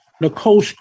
Nicole